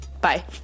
Bye